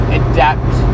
adapt